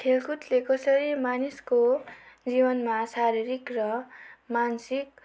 खेलकुदले कसरी मानिसको जीवनमा शारीरिक र मानसिक